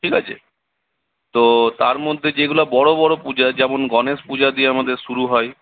ঠিক আছে তো তার মধ্যে যেগুলা বড়ো বড়ো পূজা যেমন গণেশ পূজা দিয়ে আমাদের শুরু হয়